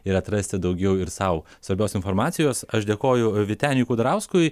ir atrasti daugiau ir sau svarbios informacijos aš dėkoju vyteniui kudarauskui